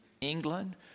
England